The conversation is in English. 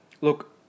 look